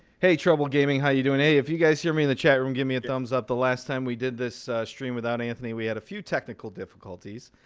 hey, trouble gaming. how you doing? hey, if you guys hear me in the chat room, give me a thumbs up. the last time we did this stream without anthony we had a few technical difficulties,